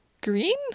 Green